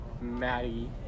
Maddie